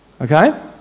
Okay